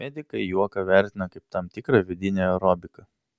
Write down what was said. medikai juoką vertina kaip tam tikrą vidinę aerobiką